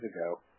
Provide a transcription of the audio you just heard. ago